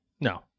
No